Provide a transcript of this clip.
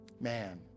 Man